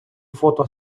фото